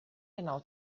genau